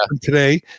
today